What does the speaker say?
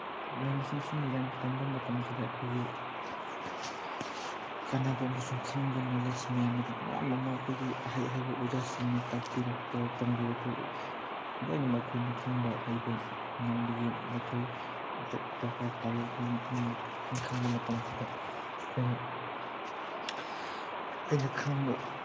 ꯃꯍꯩ ꯃꯁꯤꯡꯁꯤꯅ ꯌꯥꯝ ꯇꯝꯕ ꯃꯇꯝꯁꯤꯗ ꯑꯩꯈꯣꯏꯒꯤ ꯀꯥꯅꯕ ꯑꯃꯁꯨꯡ ꯈꯪꯕ ꯅꯣꯂꯦꯖ ꯃꯌꯥꯝ ꯑꯗꯨ ꯃꯌꯥꯝ ꯑꯃ ꯑꯩꯈꯣꯏꯒꯤ ꯑꯍꯩ ꯑꯍꯩꯕ ꯑꯣꯖꯥꯁꯤꯡꯅ ꯇꯥꯛꯄꯤꯔꯛꯄ ꯇꯝꯕꯤꯔꯛꯄ ꯂꯣꯏꯅꯃꯛ ꯑꯩꯈꯣꯏꯅ ꯈꯪꯕ ꯍꯩꯕ ꯉꯝꯕꯒꯤ ꯃꯊꯧ ꯗꯔꯀꯥꯔ ꯇꯥꯏ ꯑꯗꯨꯅ ꯄꯨꯝꯅꯃꯛꯇꯣ ꯑꯩꯈꯣꯏꯅ ꯈꯪꯕ ꯃꯇꯝꯁꯤꯗ ꯑꯩꯈꯣꯏꯅ ꯑꯩꯅ ꯈꯪꯕ